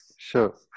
Sure